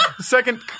second